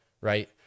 right